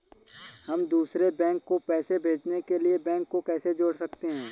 हम दूसरे बैंक को पैसे भेजने के लिए बैंक को कैसे जोड़ सकते हैं?